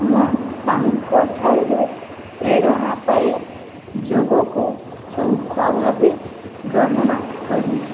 ମୁଁ ତାଙ୍କଠାରୁ ପ୍ରେରଣା ପାଇ ଯୋଗକୁ ସଉଖ ଭାବେ ଗ୍ରହଣ କରିଛି